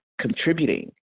contributing